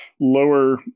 Lower